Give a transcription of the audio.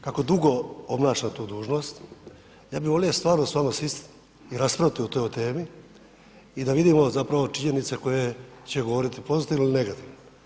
Kako dugo obnašam tu dužnost, ja bi volio stvarno s vama sjesti i raspraviti o toj temi i da vidimo zapravo činjenice koje će govoriti pozitivno ili negativno.